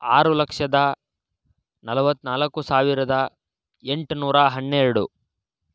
ಆರು ಲಕ್ಷದ ನಲವತ್ನಾಲ್ಕು ಸಾವಿರದ ಎಂಟುನೂರ ಹನ್ನೆರಡು